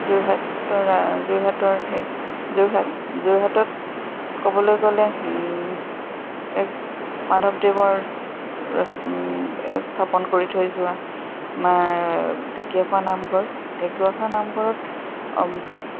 যোৰহাটৰ যোৰহাটৰে যোৰহাট যোৰহাটত ক'বলৈ গ'লে এক মাধৱদেৱৰ ৰচ স্থাপন কৰি থৈ যোৱা ঢেঁকীয়া খোৱা নামঘৰ ঢেকীয়াখোৱা নামঘৰত